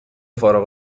فارغ